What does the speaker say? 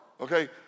okay